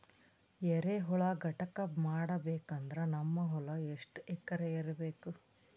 ಎರೆಹುಳ ಘಟಕ ಮಾಡಬೇಕಂದ್ರೆ ನಮ್ಮ ಹೊಲ ಎಷ್ಟು ಎಕರ್ ಇರಬೇಕು?